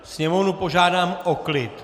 Sněmovnu požádám o klid!